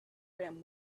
rim